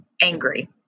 angry